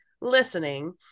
listening